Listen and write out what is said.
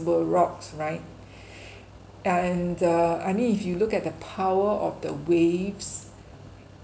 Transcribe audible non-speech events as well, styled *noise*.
were rocks right *breath* ya and the I mean if you look at the power of the waves